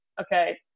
okay